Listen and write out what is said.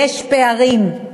יש פערים,